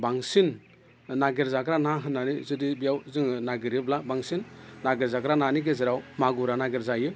बांसिन नागिरजाग्रा ना होननानै जुदि बेयाव जोङो नागिरोब्ला बांसिन नागिरजाग्रा नानि गेजेराव मागुरा नागिरजायो